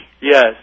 Yes